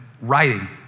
writing